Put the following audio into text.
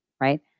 right